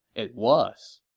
it was